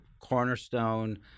cornerstone